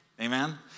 amen